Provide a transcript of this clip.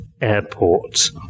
airport